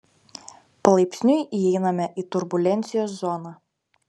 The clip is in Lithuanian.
palaipsniui įeiname į turbulencijos zoną